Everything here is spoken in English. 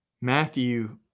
Matthew